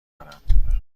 دارم